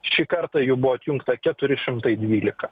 šį kartą jų buvo atjungta keturi šimtai dvylika